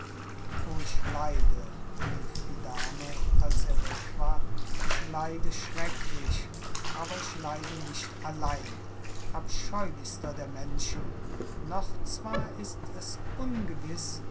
o ich leide rief die dame als er weg war ich leide schrecklich aber ich leide nicht allein abscheulichster der menschen noch zwar ist es ungewiß